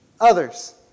others